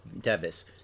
Devis